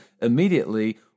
immediately